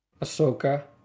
Ahsoka